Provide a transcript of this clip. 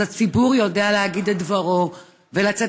אז הציבור יודע להגיד את דברו ולצאת